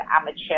amateur